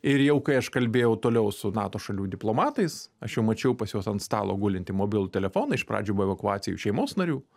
ir jau kai aš kalbėjau toliau su nato šalių diplomatais aš jau mačiau pas juos ant stalo gulintį mobilų telefoną iš pradžių evakuacijai šeimos narių